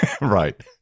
Right